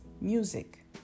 music